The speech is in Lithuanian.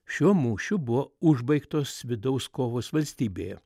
šiuo mūšiu buvo užbaigtos vidaus kovos valstybėje